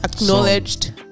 acknowledged